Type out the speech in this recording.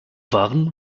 waren